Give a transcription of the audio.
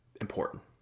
important